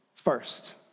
First